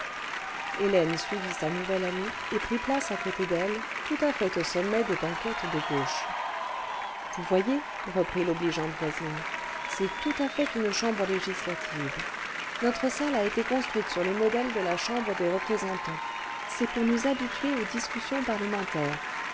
hélène suivit sa nouvelle amie et prit place à côté d'elle tout à fait au sommet des banquettes de gauche ce vous voyez reprit l'obligeante voisine c'est tout à fait une chambre législative notre salle a été construite sur le modèle de la chambre des représentants c'est pour nous habituer aux discussions parlementaires